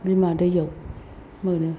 बिमा दैयाव मोनो